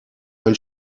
ein